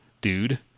dude